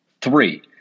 Three